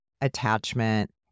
attachment